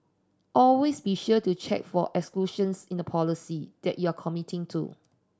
always be sure to check for exclusions in the policy that you are committing to